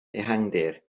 ehangdir